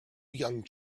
young